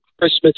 Christmas